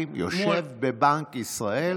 המפקח על הבנקים יושב בבנק ישראל.